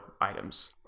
items